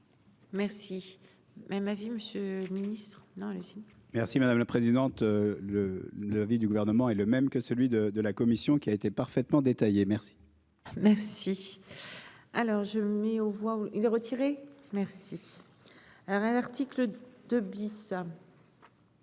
Merci. Même avis, Monsieur le Ministre. Non le. Merci madame la présidente. Le le l'avis du gouvernement, est le même que celui de de la commission qui a été parfaitement détaillé merci. Merci. Alors je mets aux voix il a retiré, merci. Alain article 2 bis.